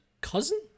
cousin